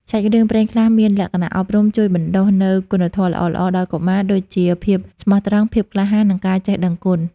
សាច់រឿងព្រេងខ្លះមានលក្ខណៈអប់រំជួយបណ្ដុះនូវគុណធម៌ល្អៗដល់កុមារ ដូចជា ភាពស្មោះត្រង់ ភាពក្លាហាន និងការចេះដឹងគុណ។